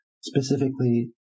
Specifically